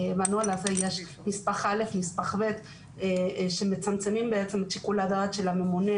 יש נספח א' ונספח ב' שמצמצמים את שיקול הדעת של הממונה